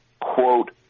quote